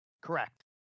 Correct